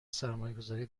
سرمایهگذاری